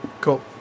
Cool